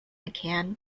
mccann